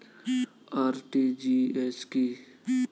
RTGS কি?